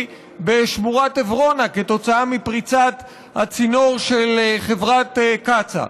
בשמורת עברונה כתוצאה מפריצת הצינור של חברת קצא"א.